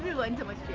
like to